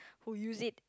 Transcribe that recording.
who use it